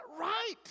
right